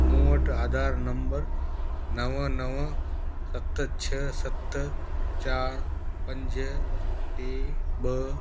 मूं वटि आधार नम्बर नवं नवं सत छह सत चार पंज टे ॿ